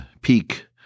peak